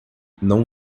não